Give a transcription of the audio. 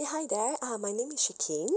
ya hi there uh my name is shikin